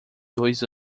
dois